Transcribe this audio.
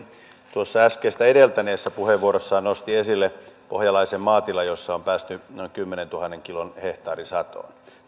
tuossa äskeistä edeltäneessä puheenvuorossaan nosti esille pohjalaisen maatilan jossa on päästy noin kymmenentuhannen kilon hehtaarisatoon